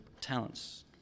talents